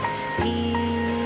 see